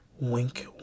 Wink